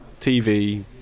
tv